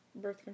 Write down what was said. birth